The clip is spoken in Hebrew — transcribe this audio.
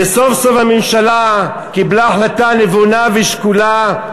וסוף-סוף הממשלה קיבלה החלטה נבונה ושקולה,